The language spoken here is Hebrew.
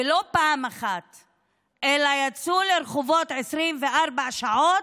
ולא פעם אחת, אלא יצאו לרחובות 24 שעות,